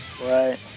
Right